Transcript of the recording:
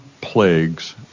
plagues